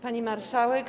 Pani Marszałek!